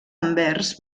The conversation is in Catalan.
anvers